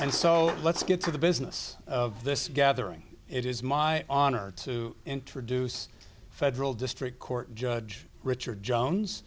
and so let's get to the business of this gathering it is my honor to introduce federal district court judge richard jones